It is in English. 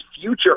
future